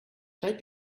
take